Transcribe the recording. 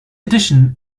edition